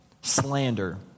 slander